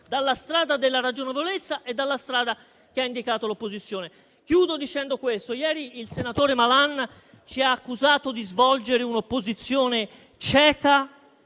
dalla strada della ragionevolezza e dalla strada che ha indicato l'opposizione. Chiudo dicendo questo: ieri il senatore Malan ci ha accusato di svolgere un'opposizione cieca